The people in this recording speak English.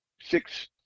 six